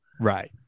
right